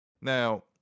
Now